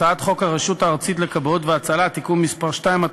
הצעת חוק הרשות הארצית לכבאות והצלה (תיקון מס' 2),